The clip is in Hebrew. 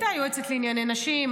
הייתה יועצת לענייני נשים,